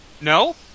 No